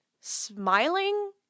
smiling